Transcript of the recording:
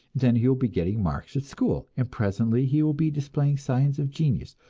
then he will be getting marks at school, and presently he will be displaying signs of genius.